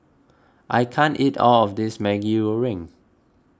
I can't eat all of this Maggi Goreng